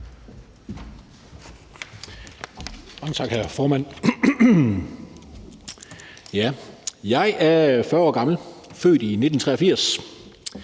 tak, hr. formand. Jeg er 40 år gammel, født i 1983.